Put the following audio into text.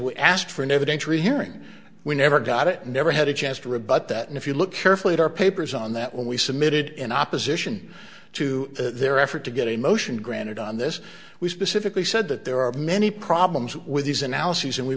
hearing we never got it and never had a chance to rebut that and if you look carefully at our papers on that when we submitted in opposition to their effort to get a motion granted on this we specifically said that there are many problems with these analyses and we